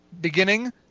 beginning